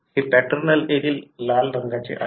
हे paternal allele लाल रंगाचे आहे